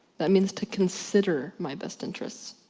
that means to consider my best interests.